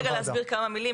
אני רוצה להסביר כמה מילים,